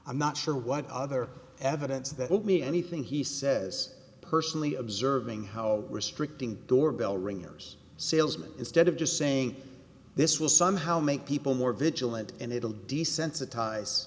i'm not sure what other evidence that would mean anything he says personally observing how restricting door bell ringers salesman instead of just saying this will somehow make people more vigilant and it will desensitize